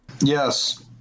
Yes